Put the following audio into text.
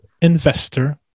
investor